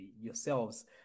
yourselves